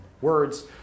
words